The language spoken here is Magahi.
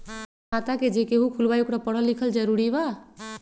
खाता जे केहु खुलवाई ओकरा परल लिखल जरूरी वा?